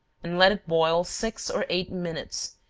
and let it boil six or eight minutes,